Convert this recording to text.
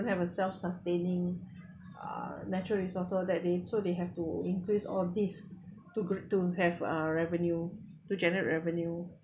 don't have a self sustaining uh natural resources that they so they have to increase all these to gr~ to have uh revenue to generate revenue